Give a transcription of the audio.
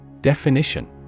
Definition